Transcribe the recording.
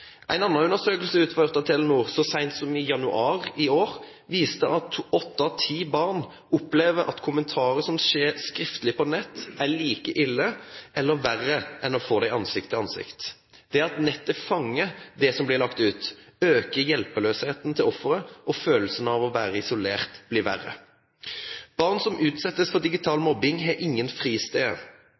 En annen undersøkelse utført av Telenor så sent som i januar i år viser at åtte av ti barn opplever at kommentarer som skjer skriftlig på nett, er like ille eller verre enn å få dem ansikt til ansikt. Det at «nettet fanger» det som blir lagt ut, øker hjelpeløsheten hos offeret, og følelsen av å være isolert blir verre. Barn som utsettes for digital mobbing, har ingen